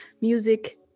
Music